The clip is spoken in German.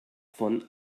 von